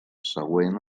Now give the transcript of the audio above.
següent